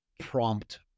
prompt